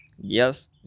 yes